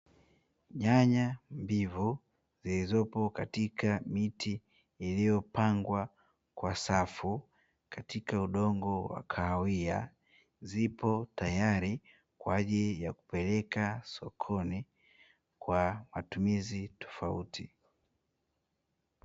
Nyanya mbivu zilizopo katika miti iliyopangwa kwa safu, katika udongo wa kahawia zipo tayari kwa ajili ya kupeleka sokoni kwa matumizi tofauti.